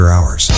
Hours